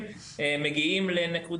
לתת לכל